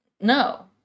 no